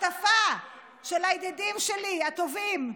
השותפה של הידידים הטובים שלי,